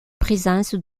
présence